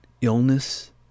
illness